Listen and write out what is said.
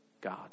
God